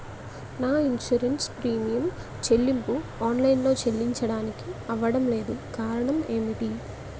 నా insurance premium చెల్లింపు online లో చెల్లించడానికి అవ్వడం లేదు కారణం ఏమిటి?